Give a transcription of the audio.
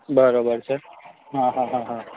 બરોબર છે હા હા હા હા